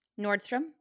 Nordstrom